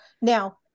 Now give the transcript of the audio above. Now